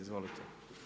Izvolite.